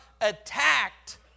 attacked